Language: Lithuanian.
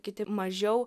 kiti mažiau